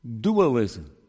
dualism